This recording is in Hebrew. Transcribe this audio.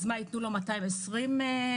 ייתנו לו 220 מ"ג?